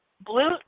blue